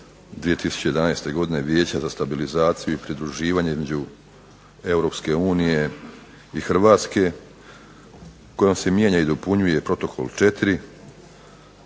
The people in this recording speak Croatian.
br. 1/2011 Vijeća za stabilizaciju i pridruživanje između EU i Hrvatske kojom se mijenja i dopunjuje Protokol 4.